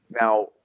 Now